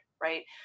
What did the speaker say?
right